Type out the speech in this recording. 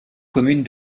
commune